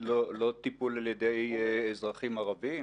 לא טיפול על ידי אזרחים ערבים?